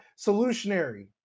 solutionary